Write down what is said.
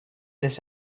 this